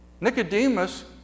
Nicodemus